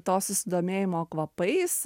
to susidomėjimo kvapais